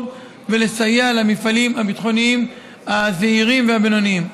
ולסייע למפעלים הביטחוניים הזעירים והבינוניים.